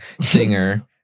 Singer